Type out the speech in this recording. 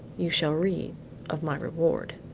you shall read of my reward.